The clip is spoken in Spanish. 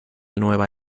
nueva